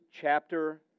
chapter